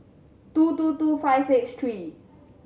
two two two five six three